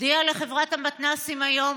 הודיע לחברת המתנ"סים היום: